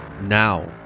now